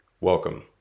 Welcome